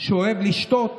שאוהב לשתות